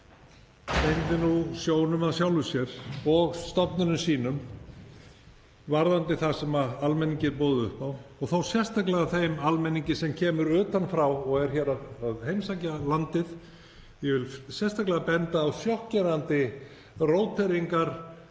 benda á sjokkerandi róteringar